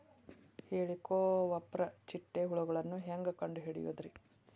ಹೇಳಿಕೋವಪ್ರ ಚಿಟ್ಟೆ ಹುಳುಗಳನ್ನು ಹೆಂಗ್ ಕಂಡು ಹಿಡಿಯುದುರಿ?